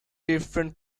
different